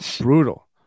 Brutal